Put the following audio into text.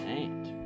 aunt